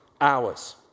hours